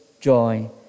joy